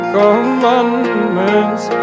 commandments